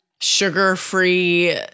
sugar-free